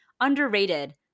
underrated